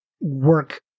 work